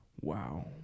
Wow